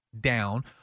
down